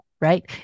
right